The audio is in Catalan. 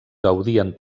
gaudien